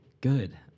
Good